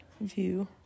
view